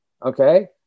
Okay